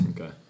Okay